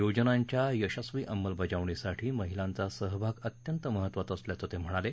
योजनांच्या यशस्वी अंमलबजावणीसाठी महिलांचा सहभाग अत्यंत महत्वाचा असल्याचं ते म्हणाले